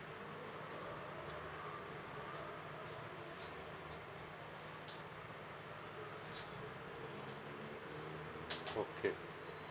okay